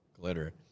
glitter